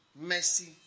mercy